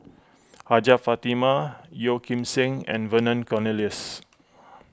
Hajjah Fatimah Yeo Kim Seng and Vernon Cornelius